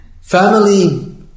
family